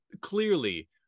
clearly